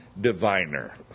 diviner